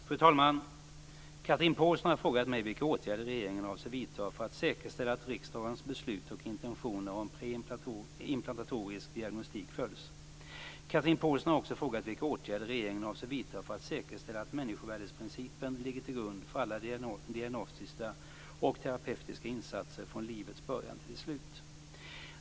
Fru talman! Chatrine Pålsson har frågat mig vilka åtgärder regeringen avser vidta för att säkerställa att riksdagens beslut och intentioner om preimplantatorisk diagnostik följs. Chatrine Pålsson har också frågat vilka åtgärder regeringen avser vidta för att säkerställa att människovärdesprincipen ligger till grund för alla diagnostiska och terapeutiska insatser från livets början till dess slut.